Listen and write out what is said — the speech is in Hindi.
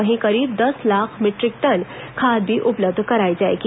वहीं करीब दस लाख मीटरिक टन खाद भी उपलब्ध कराई जाएगी